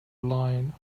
line